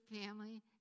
family